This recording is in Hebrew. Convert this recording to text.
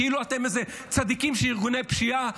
כאילו אתם איזה צדיקים של ארגוני פשיעה,